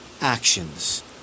actions